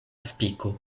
spiko